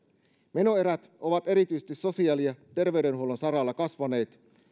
menoerät ovat erityisesti sosiaali ja terveydenhuollon saralla kasvaneet